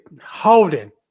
holding